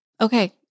Okay